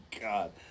God